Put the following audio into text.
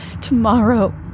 tomorrow